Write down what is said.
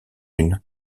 unes